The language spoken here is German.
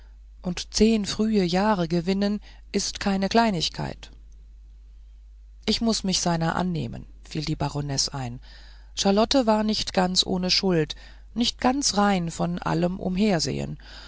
und zehn frühe jahre gewinnen ist keine kleinigkeit ich muß mich seiner annehmen fiel die baronesse ein charlotte war nicht ganz ohne schuld nicht ganz rein von allem umhersehen